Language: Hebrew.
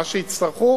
מה שיצטרכו